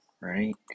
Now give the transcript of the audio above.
right